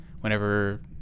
whenever